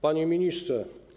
Panie Ministrze!